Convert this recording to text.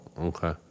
okay